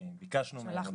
ביקשנו מהם -- שלחנו אותם.